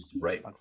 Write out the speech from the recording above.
Right